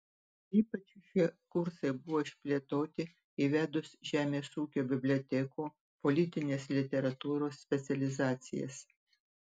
ypač šie kursai buvo išplėtoti įvedus žemės ūkio bibliotekų politinės literatūros specializacijas